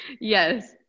Yes